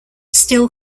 still